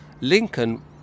Lincoln